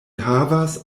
havas